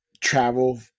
travel